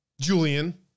Julian